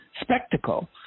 spectacle